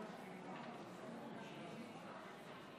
רבותיי: